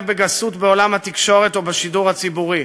בגסות בעולם התקשורת או בשידור הציבורי.